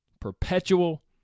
perpetual